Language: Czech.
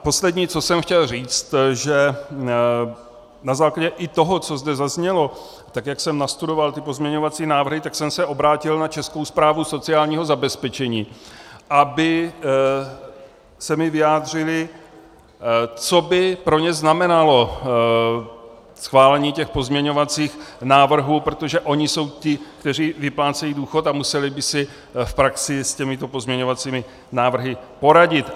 Poslední, co jsem chtěl říct, že na základě i toho, co zde zaznělo, tak jak jsem nastudoval ty pozměňovací návrhy, tak jsem se obrátil na Českou správu sociálního zabezpečení, aby se mi vyjádřili, co by pro ně znamenalo schválení těch pozměňovacích návrhů, protože oni jsou ti, kteří vyplácejí důchod, a museli by si v praxi s těmito pozměňovacími návrhy poradit.